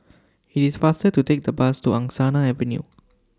IT IS faster to Take The Bus to Angsana Avenue